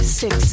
six